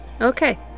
Okay